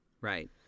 Right